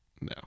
No